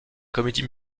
comédies